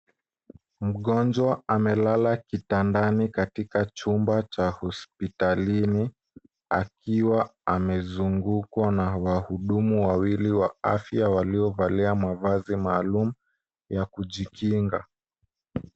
Mgonjwa amelala kitandani katika chumba cha hospitalini akiwa amezungukwa na wahudumu wawili wa afya waliovalia mavazi maalum ya kujikinga.